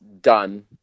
done